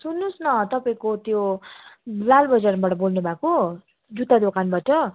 सुन्नुहोस् न तपाईँको त्यो लाल बजारबाट बोल्नु भएको जुत्ता दोकानबाट